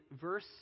verse